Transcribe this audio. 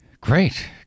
Great